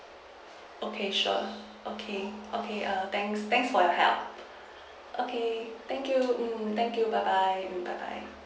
okay sure okay okay err thanks thanks for your help okay thank you mm thank you bye bye mm bye bye